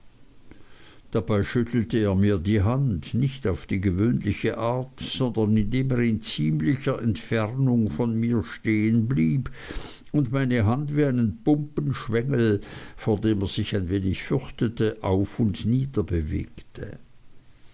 dabei schüttelte er mir die hand nicht auf die gewöhnliche art sondern indem er in ziemlicher entfernung von mir stehen blieb und meine hand wie einen pumpenschwengel vor dem er sich ein wenig fürchte auf und nieder